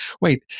wait